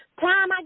Time